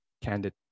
candid